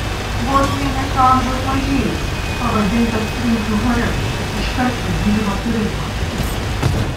vos mėnesio amžiaus mažylis pavadintas princu hariu iškart pagyvino turizmą